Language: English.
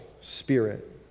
spirit